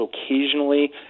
occasionally